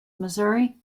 missouri